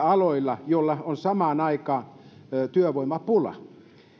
aloilla joilla on samaan aikaan työvoimapula